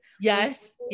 Yes